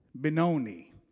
Benoni